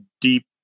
deep